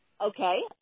okay